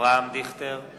אברהם דיכטר,